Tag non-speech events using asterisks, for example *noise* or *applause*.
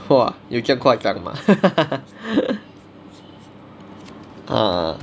!wah! 有这样夸张吗 *laughs*